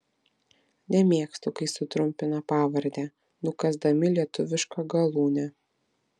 nemėgstu kai sutrumpina pavardę nukąsdami lietuvišką galūnę